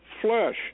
flesh